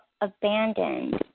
abandoned